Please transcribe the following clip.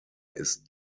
ist